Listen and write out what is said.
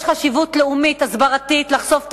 יש חשיבות לאומית הסברתית לחשיפת האמת,